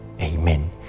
Amen